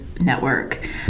network